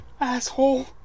Asshole